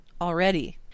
already